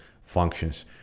functions